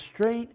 straight